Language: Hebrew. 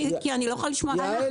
כי אני לא יכולה לשמוע.